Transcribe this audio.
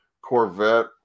Corvette